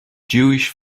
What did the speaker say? jewish